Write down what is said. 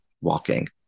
walking